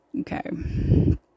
Okay